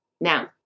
Now